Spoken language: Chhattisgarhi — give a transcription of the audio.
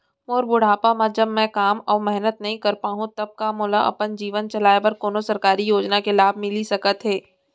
मोर बुढ़ापा मा जब मैं काम अऊ मेहनत नई कर पाहू तब का मोला अपन जीवन चलाए बर कोनो सरकारी योजना के लाभ मिलिस सकत हे?